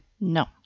No